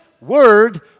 word